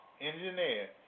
engineer